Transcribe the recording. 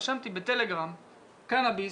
רשמתי בטלגרם קנאביס,